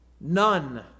none